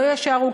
לא יישארו.